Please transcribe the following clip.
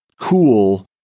cool